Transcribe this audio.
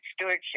stewardship